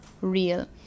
real